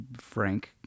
Frank